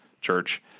Church